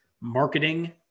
marketing